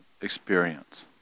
experience